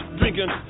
drinking